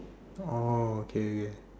oh okay okay